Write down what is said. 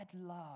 love